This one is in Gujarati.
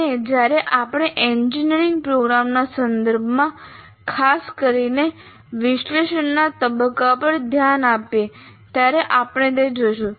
અને જ્યારે આપણે એન્જિનિયરિંગ પ્રોગ્રામના સંદર્ભમાં ખાસ કરીને વિશ્લેષણના તબક્કા પર ધ્યાન આપીએ ત્યારે આપણે તે જોઈશું